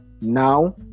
now